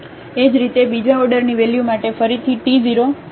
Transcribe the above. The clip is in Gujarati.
એ જ રીતે બીજી ઓર્ડરની વેલ્યુ માટે ફરીથી t 0 પર સેટ થશે